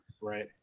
Right